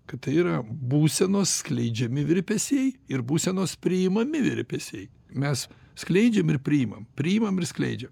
kad tai yra būsenos skleidžiami virpesiai ir būsenos priimami virpesiai mes skleidžiam ir priimam priimam ir skleidžiam